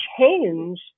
change